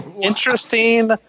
interesting